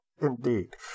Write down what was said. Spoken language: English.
Indeed